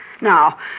Now